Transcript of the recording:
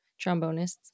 trombonists